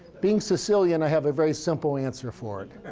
being sicilian, i have a very simple answer for it.